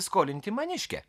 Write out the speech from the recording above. skolinti maniškę